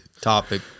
topic